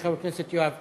יהיה חבר הכנסת יואב קיש.